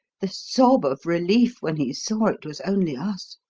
the sob of relief when he saw it was only us.